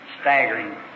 staggering